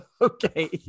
okay